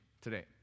today